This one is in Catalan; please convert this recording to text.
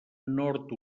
nord